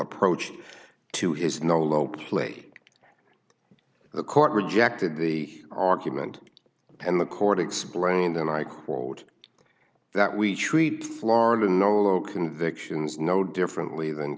approach to his no low play the court rejected the argument and the court explained and i quote that we treat florida nolo convictions no differently than